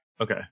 Okay